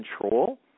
control